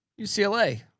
UCLA